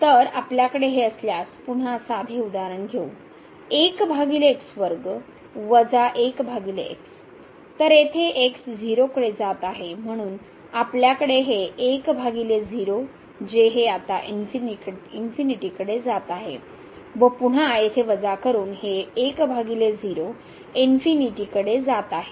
तर आपल्याकडे हे असल्यास पुन्हा साधे उदाहरण घेऊ तर येथे x 0 कडे जात आहे म्हणून आपल्याकडे हे 1 भागिले 0 जे हे आता कडे जात आहे व पुन्हा येथे वजा करून हे 1 भागिले 0 कडे जात आहे